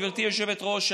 גברתי היושבת-ראש,